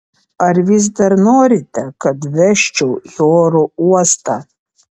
ar vis dar norite kad vežčiau į oro uostą